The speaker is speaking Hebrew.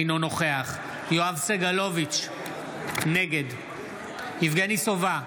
אינו נוכח יואב סגלוביץ' נגד יבגני סובה,